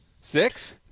six